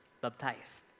baptized